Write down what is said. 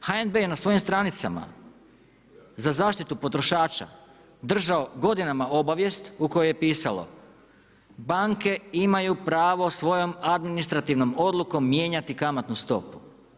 HNB je na svojim stranicama za zaštitu potrošača držao godinama obavijest u kojoj je pisalo, „Banke imaju pravo svojom administrativnom odlukom mijenjati kamatnu stopu“